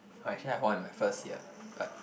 actually I won in my first year but